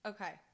Okay